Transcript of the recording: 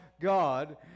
God